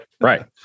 Right